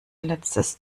letztes